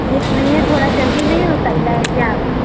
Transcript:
एक महीने थोड़ा जल्दी नहीं हो सकता है क्या